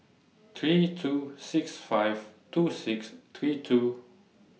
three two six five two six three two